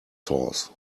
sauce